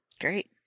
Great